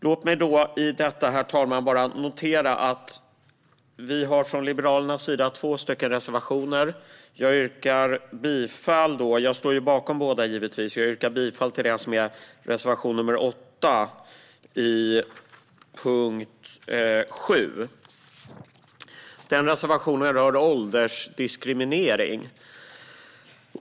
Låt mig i detta sammanhang notera att vi i Liberalerna har två reservationer i detta ärende. Jag står givetvis bakom båda. Jag yrkar bifall till reservation 8, som rör åldersdiskriminering.